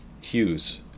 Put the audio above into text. Hughes